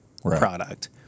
product